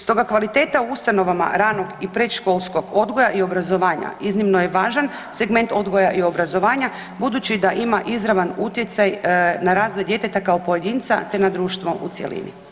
Stoga kvaliteta u ustanovama ranog i predškolskog odgoja i obrazovanja iznimno je važan segment odgoja i obrazovanja budući da ima izravan utjecaj na razvoj djeteta kao pojedinca, te na društvo u cjelini.